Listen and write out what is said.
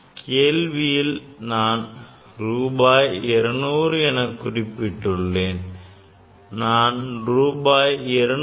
கேள்வியில் நான் ரூபாய் 200 என குறிப்பிட்டுள்ளேன் நான் ரூபாய் 200